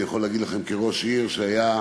אני יכול להגיד לכם כראש עיר שבפיילוט